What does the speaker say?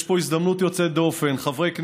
יש פה הזדמנות יוצאת דופן: חברי כנסת,